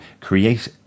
create